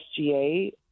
SGA